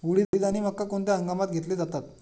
उडीद आणि मका कोणत्या हंगामात घेतले जातात?